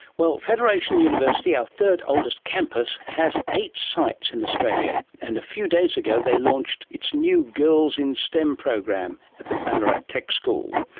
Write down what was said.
well, federation university, our third oldest campus, has eight sites in australia, and a few days ago they launched its new girls in stem program at the ballarat tech school.